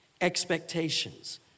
expectations